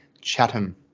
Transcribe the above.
Chatham